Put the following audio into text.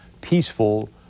peaceful